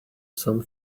some